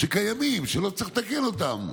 שקיימים, שלא צריך לתקן אותם,